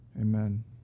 Amen